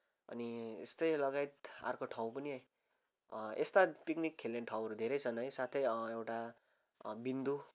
अनि यस्तै लगायत अर्को ठाउँ पनि यस्ता पिकनिक खेल्ने ठाउँहरू धेरै छन् है साथै एउटा बिन्दु